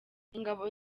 ingabo